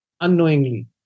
unknowingly